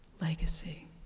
legacy